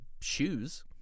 shoes